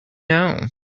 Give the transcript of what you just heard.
know